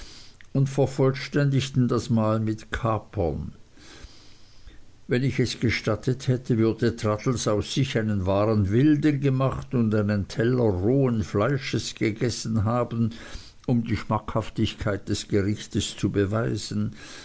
und vervollständigten das mahl mit kapern wenn ich es gestattet hätte würde traddles aus sich einen wahren wilden gemacht und einen teller rohen fleisches gegessen haben um die schmackhaftigkeit des gerichtes zu beweisen